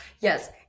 Yes